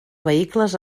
vehicles